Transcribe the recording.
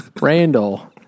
Randall